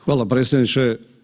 Hvala predsjedniče.